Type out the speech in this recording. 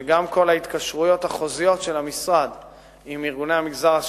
שגם כל ההתקשרויות החוזיות של המשרד עם ארגוני המגזר השלישי,